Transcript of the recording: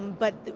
but,